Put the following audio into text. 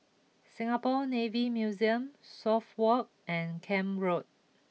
Singapore Navy Museum Suffolk Walk and Camp Road